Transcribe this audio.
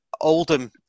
Oldham